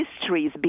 histories